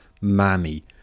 mammy